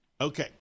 Okay